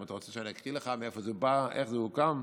אתה רוצה שאני אקריא לך מאיפה זה בא ואיך זה הוקם?